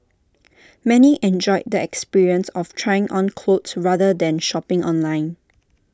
many enjoyed the experience of trying on clothes rather than shopping online